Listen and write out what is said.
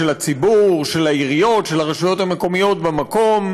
גם משפחות עניות וגם במעמד הביניים.